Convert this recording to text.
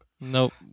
Nope